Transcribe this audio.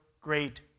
great